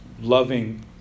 loving